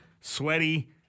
sweaty